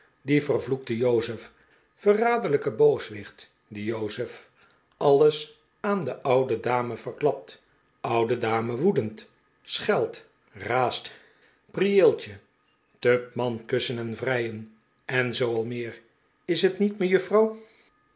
die vervloekte jozef verraderlijke booswicht die jozef alles aan de oude dame verklapt oude dame woedend scheldt raast pri eeltje tupman kussen en vrijen en zoo al meer is t niet